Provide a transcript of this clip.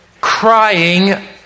crying